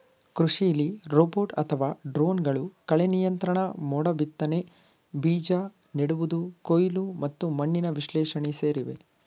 ಕೃಷಿಲಿ ರೋಬೋಟ್ ಅಥವಾ ಡ್ರೋನ್ಗಳು ಕಳೆನಿಯಂತ್ರಣ ಮೋಡಬಿತ್ತನೆ ಬೀಜ ನೆಡುವುದು ಕೊಯ್ಲು ಮತ್ತು ಮಣ್ಣಿನ ವಿಶ್ಲೇಷಣೆ ಸೇರಿವೆ